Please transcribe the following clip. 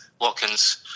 Watkins